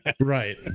Right